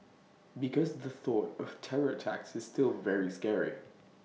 because the thought of terror attacks is still very scary